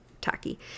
tacky